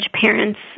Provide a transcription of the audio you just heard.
parents